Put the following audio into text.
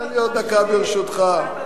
תן לו את הזמן שלי.